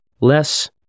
less